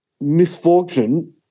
misfortune